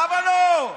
למה לא?